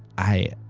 i,